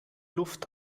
luft